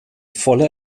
voller